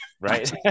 Right